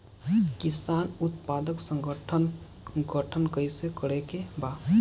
किसान उत्पादक संगठन गठन कैसे करके बा?